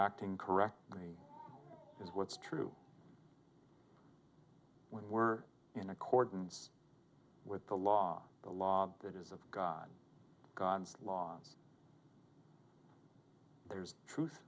acting correct me is what's true when we're in accordance with the law the law that is of god god's laws there's